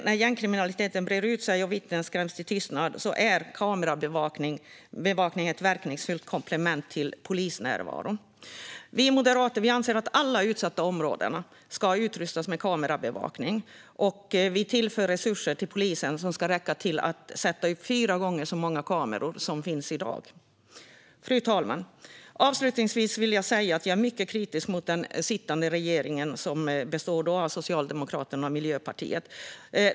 När gängkriminaliteten breder ut sig och vittnen skräms till tystnad är kamerabevakning ett verkningsfullt komplement till polisnärvaro. Vi moderater anser att alla utsatta områden ska utrustas med kamerabevakning. Vi tillför resurser till polisen som ska räcka till att sätta upp fyra gånger så många kameror som det finns i dag. Fru talman! Avslutningsvis vill jag säga att jag är mycket kritisk mot den sittande regeringen som består av Socialdemokraterna och Miljöpartiet.